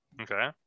Okay